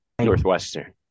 Northwestern